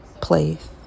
place